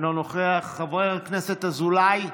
אינו נוכח, חבר הכנסת אזולאי,